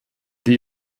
die